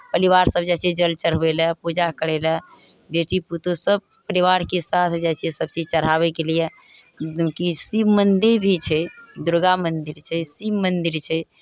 परिवारसभ जाइ छियै जल चढ़बय लेल पूजा करय लेल बेटी पुतहु सभ परिवारके साथ जाइ छियै सभचीज चढ़ाबयके लिए जेनाकि शिव मन्दिर भी छै दुर्गा मन्दिर छै शिव मन्दिर छै